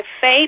faith